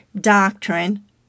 doctrine